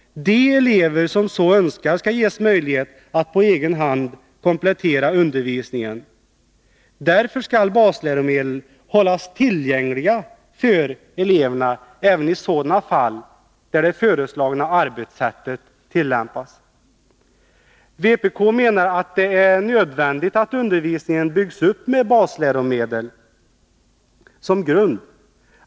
De elever som så önskar skall ges möjlighet att på egen hand komplettera undervisningen. Därför skall basläromedel hållas tillgängliga för eleverna även i sådana fall där det föreslagna arbetssättet tillämpas. Vpk menar att det är nödvändigt att undervisningen byggs upp med basläromedlen som grund.